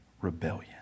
rebellion